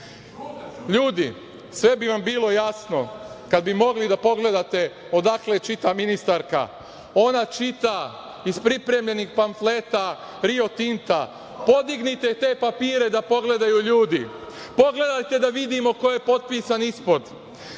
brenda. Ljudi, sve bi vam bilo jasno kad bi mogli da pogledate odakle čita ministarka. Ona čita iz pripremljenih pamfleta Rio Tinta. Podignite te papire da pogledaju ljudi. Pogledajte, da vidimo ko je potpisan ispod.